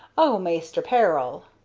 oh, maister peril!